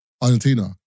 Argentina